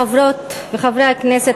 חברות וחברי הכנסת,